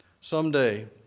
Someday